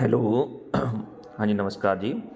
hello ਹਾਂਜੀ ਨਮਸਕਾਰ ਜੀ